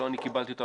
לא אני קיבלתי אותה,